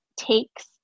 Takes